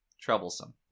troublesome